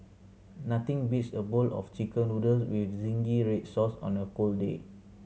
nothing beats a bowl of Chicken Noodles with zingy red sauce on a cold day